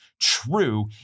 true